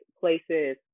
places